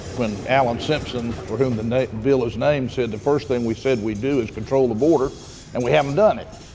when alan simpson, for whom the bill is named, said the first thing we said we'd do is control the border and we haven't done it.